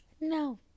No